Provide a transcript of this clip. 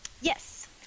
Yes